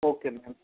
okay ma'am